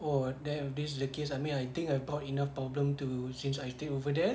oh that this is the case I mean I think I got enough problem to since I stayed over there